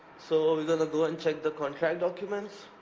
so we're gonna go and check the contract documents.